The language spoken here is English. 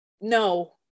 no